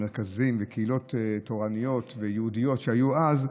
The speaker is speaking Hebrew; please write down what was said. מרכזים וקהילות תורניות ויהודיות שהיו אז,